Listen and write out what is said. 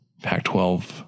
Pac-12